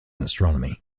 astronomy